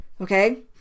Okay